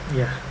ya